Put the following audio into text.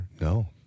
No